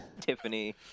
Tiffany